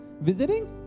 visiting